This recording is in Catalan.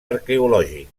arqueològic